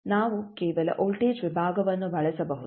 ನಾವು ಕೇವಲ ವೋಲ್ಟೇಜ್ ವಿಭಾಗವನ್ನು ಬಳಸಬಹುದು